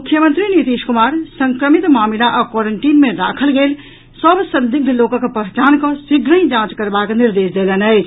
मुख्यमंत्री नीतीश कुमार संक्रमित मामिला आ क्वारेंटीन मे राखल गेल सभ संदिग्ध लोकक पहचान कऽ शीघ्रहिजांच करबाक निर्देश देलनि अछि